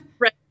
right